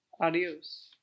adios